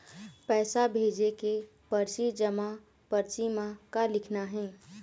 पैसा भेजे के परची जमा परची म का लिखना हे?